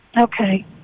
Okay